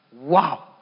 Wow